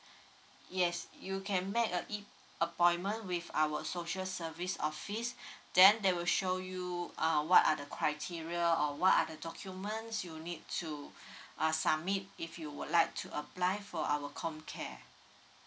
yes you can back uh it appointment with our social service office then they will show you uh what are the criteria or what are the documents you need two uh summit if you would like to apply for our comcare